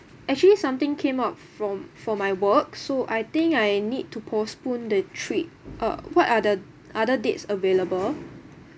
actually something came up from for my work so I think I need to postpone the trip uh what are the other dates available